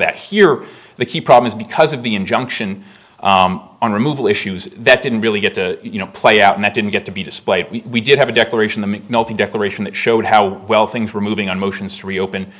that here the key problem is because of the injunction on removal issues that didn't really get to you know play out and that didn't get to be displayed we did have a declaration the declaration that showed how well things were moving on motions to reopen